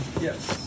yes